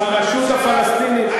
ברשות הפלסטינית,